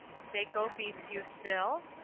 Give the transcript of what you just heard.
cecco beats you still?